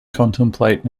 contemplate